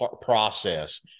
process